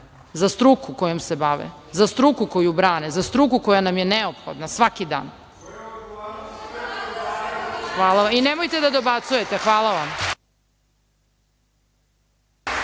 za struku kojom se bave, za struku koju brane, za struku koja nam je neophodna svaki dan. Hvala i nemojte da dobacujete. Hvala vam.